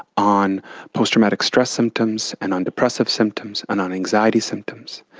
on post-traumatic stress symptoms and on depressive symptoms and on anxiety symptoms.